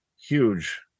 huge